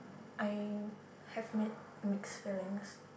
I have mi~ mixed feelings